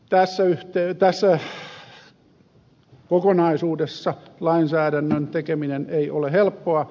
tässä kokonaisuudessa lainsäädännön tekeminen ei ole helppoa